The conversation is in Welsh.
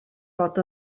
bod